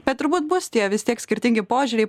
bet turbūt bus tie vis tiek skirtingi požiūriai